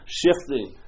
shifting